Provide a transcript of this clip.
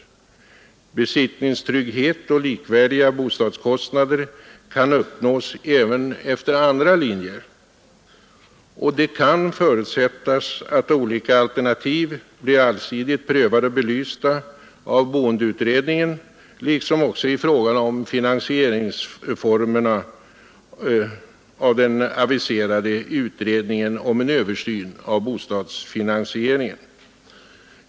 Besittningstrygghet och likvärdiga bostadskostnader kan uppnås även efter andra linjer. Det kan förutsättas att olika alternativ blir allsidigt prövade och belysta av boendeutredningen, liksom också finansieringsformerna blir det av den aviserade utredningen om en översyn av bostadsfinansieringen.